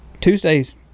Tuesday's